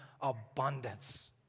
abundance